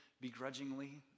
begrudgingly